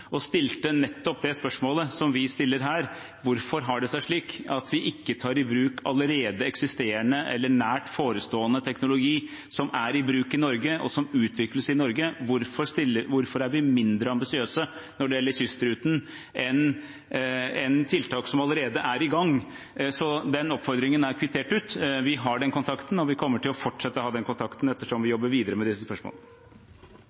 og stilte nettopp det spørsmålet som vi stiller her: Hvorfor har det seg slik at vi ikke tar i bruk allerede eksisterende eller nært forestående teknologi som er i bruk i Norge, og som utvikles i Norge? Hvorfor er vi mindre ambisiøse når det gjelder kystruten, enn når det gjelder tiltak som allerede er i gang? Den oppfordringen er kvittert ut – vi har den kontakten, og vi kommer til å fortsette å ha den kontakten etter som vi